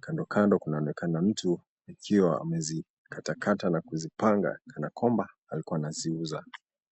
Kandokando kunaonekana mtu akiwa amezikatakata na kuzipanga kana kwamba alikuwa anaziuza.